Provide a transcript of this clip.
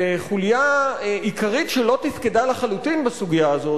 וחוליה עיקרית שלא תפקדה לחלוטין בסוגיה הזאת,